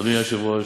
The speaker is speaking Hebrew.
אדוני היושב-ראש,